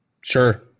Sure